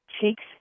Cheeks